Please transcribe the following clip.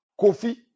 Kofi